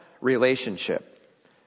relationship